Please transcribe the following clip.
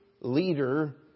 leader